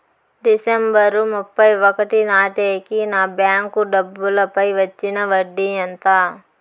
December ముప్పై ఒకటి నాటేకి నా బ్యాంకు డబ్బుల పై వచ్చిన వడ్డీ ఎంత?